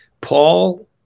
Paul